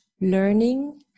learning